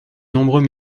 nombreux